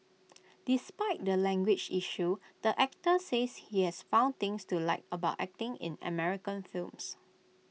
despite the language issue the actor says he has found things to like about acting in American films